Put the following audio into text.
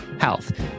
health